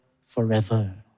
forever